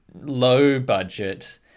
low-budget